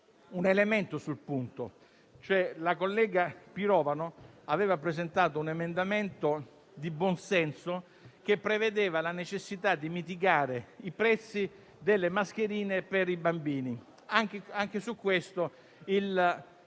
un elemento da chiarire: la collega Pirovano aveva presentato un emendamento di buon senso, che prevedeva la necessità di mitigare i prezzi delle mascherine per i bambini. Anche su questo il